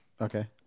okay